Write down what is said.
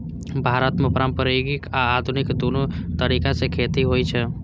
भारत मे पारंपरिक आ आधुनिक, दुनू तरीका सं खेती होइ छै